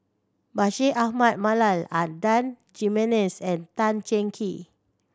Bashir Ahmad Mallal Adan Jimenez and Tan Cheng Kee